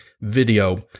video